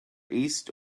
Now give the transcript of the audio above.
east